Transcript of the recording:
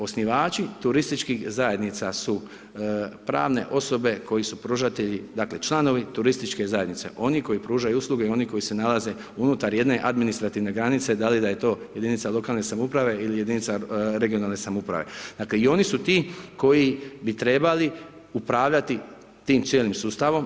Osnivači turističkih zajednica su pravne osobe koji su pružatelji dakle članovi turističke zajednice oni koji pružaju usluge i oni koji se nalaze unutar jedne administrativne granice da li da je to jedinica lokalne samouprave ili jedinica regionalne samouprave, dakle i oni su ti koji bi trebali upravljati tim cijelim sustavom.